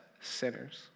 sinners